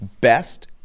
best